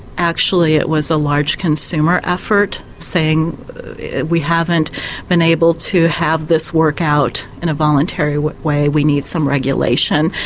actually it was a large consumer effort, saying we haven't been able to have this work out in a voluntary way, we need some regulation.